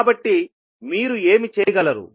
కాబట్టి మీరు ఏమి చేయగలరు